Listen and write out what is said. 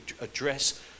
address